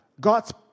God's